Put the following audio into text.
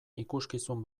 ikuskizun